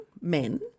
men